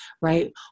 right